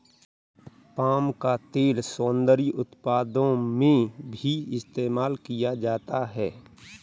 palm का तेल सौन्दर्य उत्पादों में भी इस्तेमाल किया जाता है